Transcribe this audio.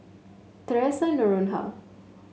Theresa Noronha